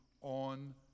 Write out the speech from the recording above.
on